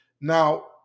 Now